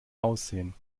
aussehen